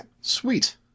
Sweet